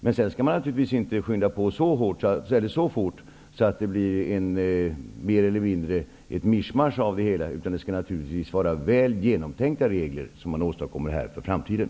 Man skall naturligtvis inte skynda på så fort att det mer eller mindre blir ett mischmasch av det hela. Det skall naturligtvis vara väl genomtänkta regler som införs för framtiden.